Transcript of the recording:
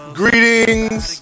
greetings